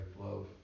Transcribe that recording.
love